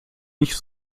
nicht